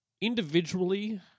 Individually